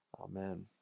Amen